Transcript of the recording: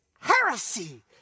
heresy